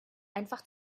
einfach